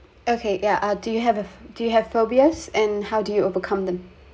okay yeah uh do you have a do you have phobias and how do you overcome them